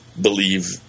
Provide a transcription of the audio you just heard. believe